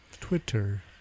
Twitter